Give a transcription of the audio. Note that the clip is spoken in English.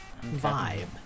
vibe